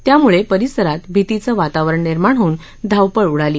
त्यामुळे परिसरात भितीचं वातावरण निर्माण होऊन धावपळ उडाली